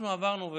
אנחנו עברנו,